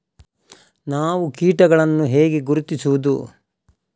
ನಾವು ಕೀಟಗಳನ್ನು ಹೇಗೆ ಗುರುತಿಸುವುದು?